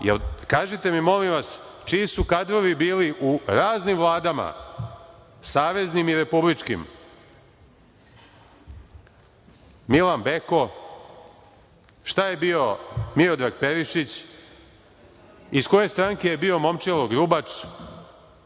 Kažite mi, molim vas, čiji su kadrovi bili u raznim vladama, saveznim i republičkim, Milan Beko. Šta je bio Miodrag Perišić? Iz koje stranke je bio Momčilo Grubač?